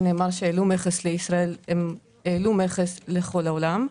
נאמר שהעלו מכס לישראל הם העלו מכס לכל העולם.